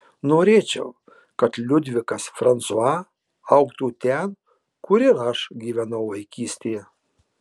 norėčiau kad liudvikas fransua augtų ten kur ir aš gyvenau vaikystėje